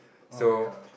or ya